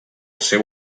seu